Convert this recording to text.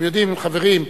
חברים,